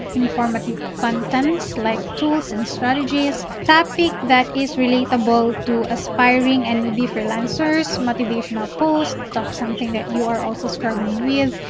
informative contents like tools and strategies, topic that is relatable to aspiring and newbie freelancers, motivational posts talk something that you're also struggling with,